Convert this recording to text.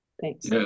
thanks